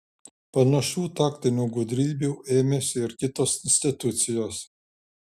panašių taktinių gudrybių ėmėsi ir kitos institucijos